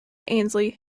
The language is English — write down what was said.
ainslie